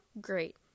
great